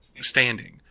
standing